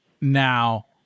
now